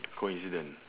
coincidence